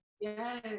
Yes